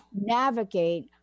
navigate